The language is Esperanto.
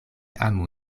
amu